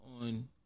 on